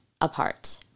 apart